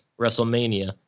WrestleMania